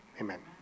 amen